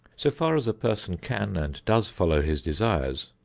so far as a person can and does follow his desires,